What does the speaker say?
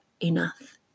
enough